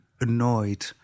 annoyed